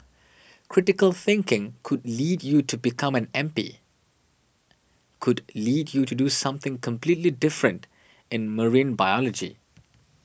critical thinking could lead you to become an M P could lead you to do something completely different in marine biology